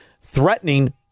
threatening